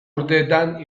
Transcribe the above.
urteetan